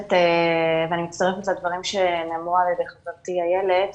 מצטרפת לדברים שנאמרו על ידי חברתי איילת מהאיגוד,